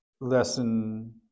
lesson